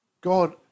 God